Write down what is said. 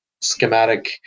schematic